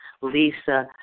Lisa